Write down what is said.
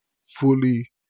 fully